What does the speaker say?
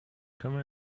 come